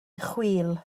chwil